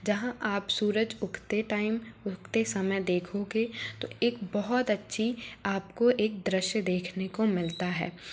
जहाँ आप सूरज उगते टाइम उगते समय देखोगे तो एक बहुत अच्छी आपको एक दृश्य देखने को मिलता है